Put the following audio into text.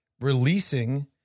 releasing